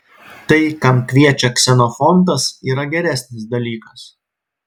tai kam kviečia ksenofontas yra geresnis dalykas